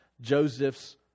Joseph's